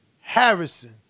Harrison